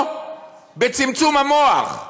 או בצמצום המוח.